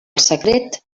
secret